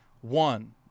one